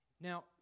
Now